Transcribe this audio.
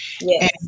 yes